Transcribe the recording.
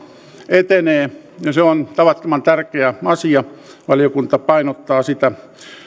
etenee ja se on tavattoman tärkeä asia valiokunta painottaa sitä